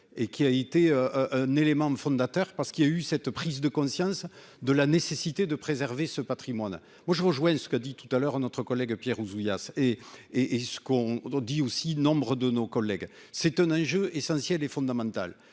et qui a été un élément fondateur parce qu'il y a eu cette prise de conscience de la nécessité de préserver ce Patrimoine moi je rejoins ce que dit tout à l'heure notre collègue Pierre Ouzoulias et et et ce qu'on dit aussi nombre de nos collègues, c'est un enjeu essentiel et fondamental